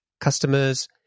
customers